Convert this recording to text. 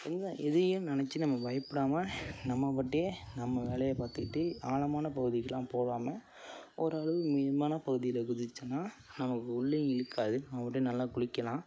இல்லை எதையும் நினச்சி நம்ம பயப்படாமல் நம்மபாட்டே நம்ம வேலையை பார்த்துக்கிட்டு ஆழமான பகுதிக்குலாம் போகாமல் ஒரு அளவு மீடியமான பகுதியில் குதிச்சோனால் நமக்கு உள்ளேயும் இழுக்காது நம்மபாட்டுக்கு நல்லா குளிக்கலாம்